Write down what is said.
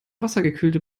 wassergekühlte